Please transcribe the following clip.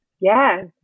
Yes